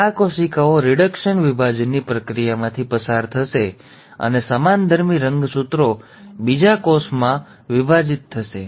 તેથી આ કોશિકાઓ રિડક્શન વિભાજનની પ્રક્રિયામાંથી પસાર થશે અને સમાનધર્મી રંગસૂત્રો બીજકોષમાં વિભાજિત થશે